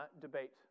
debate